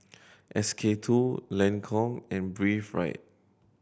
S K Two Lancome and Breathe Right